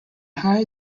higher